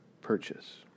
purchase